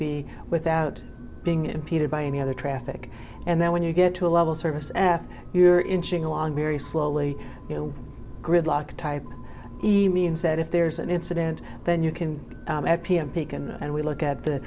b without being impeded by any other traffic and then when you get to a level service after you're inching along very slowly you know gridlock type means that if there's an incident then you can speak and we look at the